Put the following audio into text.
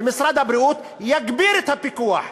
ומשרד הבריאות יגביר את הפיקוח,